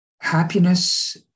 Happiness